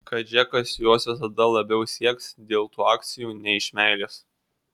kad džekas jos visada labiau sieks dėl tų akcijų nei iš meilės